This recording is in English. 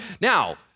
Now